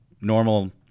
normal